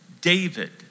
David